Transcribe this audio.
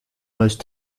most